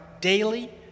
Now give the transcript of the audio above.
daily